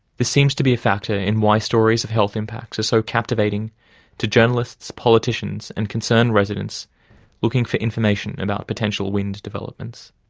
this seems to be a factor in why stories of health impacts are so captivating to journalists, politicians and concerned residents looking for information about potential wind developments.